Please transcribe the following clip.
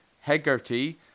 Hegarty